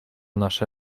nasze